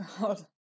god